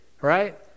right